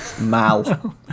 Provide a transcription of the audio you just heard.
Mal